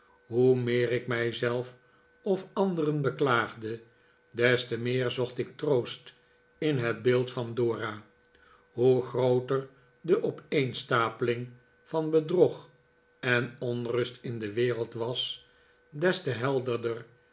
hoe meer ik mij zelf of anderen beklaagde des te meer zocht ik troost in het beeld van dora hoe grooter de opeenstapeling van bedrog en onrust in de wereld was des te helderder